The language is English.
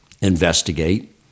investigate